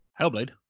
Hellblade